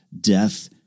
death